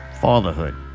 fatherhood